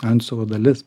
antsiuvo dalis